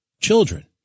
children